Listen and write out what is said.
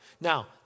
Now